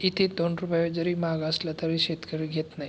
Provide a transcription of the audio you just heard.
इथे दोन रुपये जरी महाग असलं तरी शेतकरी घेत नाही